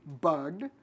bugged